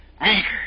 anchor